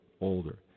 older